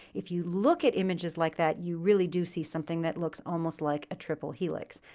if you look at images like that, you really do see something that looks almost like a triple helix.